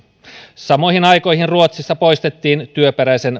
samoihin aikoihin ruotsissa poistettiin työperäisen